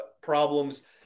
problems